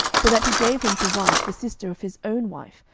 so that he gave him to wife the sister of his own wife,